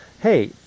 hey